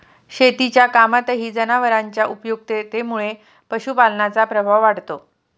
शेतीच्या कामातही जनावरांच्या उपयुक्ततेमुळे पशुपालनाचा प्रभाव वाढतो